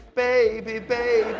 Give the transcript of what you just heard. baby, baby,